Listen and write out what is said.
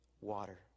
water